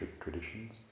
traditions